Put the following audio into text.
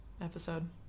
episode